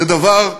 זה דבר,